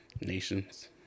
Nations